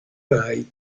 rai